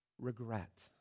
regret